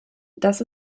das